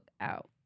out